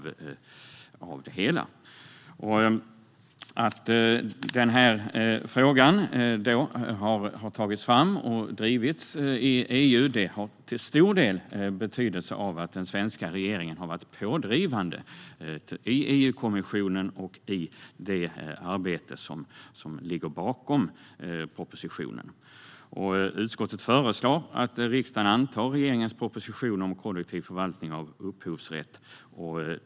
Att den här frågan har tagits fram och drivits i EU handlar till stor del om att den svenska regeringen har varit pådrivande i EU-kommissionen och i det arbete som ligger bakom propositionen. Utskottet föreslår att riksdagen antar regeringens proposition om kollektiv förvaltning av upphovsrätt.